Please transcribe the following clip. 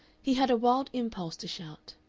he had a wild impulse to shout.